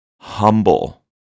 Humble